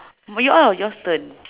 yours turn